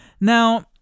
Now